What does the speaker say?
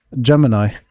Gemini